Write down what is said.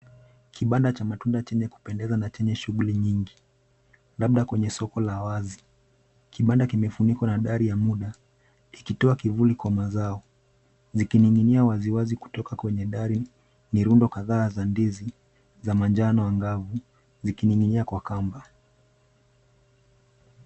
Kibanda cha matunda chenye kupendeza na chenye shughuli nyingi, labda kwenye soko la wazi. Kibanda kimefunikwa na dari ya muda, ikitoa kivuli kwa mazao. Zikining'inia wazi wazi kutoka kwenye dari, ni rundo kadhaa za ndizi za manjano angavu, zikining'inia kwa kamba